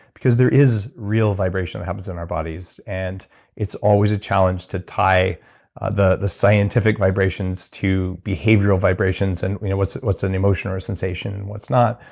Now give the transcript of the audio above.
because there is real vibration happens in our bodies. and it's always a challenge to tie the the scientific vibrations to behavioral vibrations, and you know what's what's an emotion or a sensation and what's not.